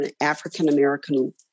African-American